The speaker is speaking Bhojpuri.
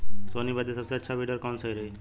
सोहनी बदे सबसे अच्छा कौन वीडर सही रही?